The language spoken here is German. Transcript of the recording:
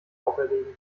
auferlegen